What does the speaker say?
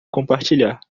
compartilhar